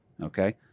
Okay